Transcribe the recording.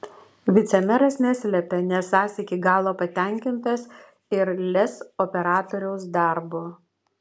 vicemeras neslepia nesąs iki galo patenkintas ir lez operatoriaus darbu